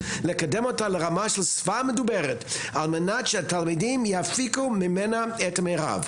לקדם אותה לרמה של שפה מדוברת על מנת שהתלמידים יפיקו ממנה את המרב.